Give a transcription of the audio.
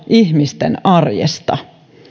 ihmisten arjesta